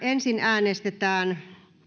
ensin äänestetään